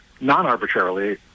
non-arbitrarily